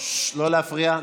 לא להפריע.